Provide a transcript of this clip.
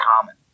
common